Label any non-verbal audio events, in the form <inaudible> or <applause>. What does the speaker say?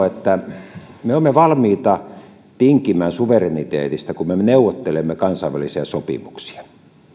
<unintelligible> että me olemme valmiita tinkimään suvereniteetista kun me neuvottelemme kansainvälisiä sopimuksia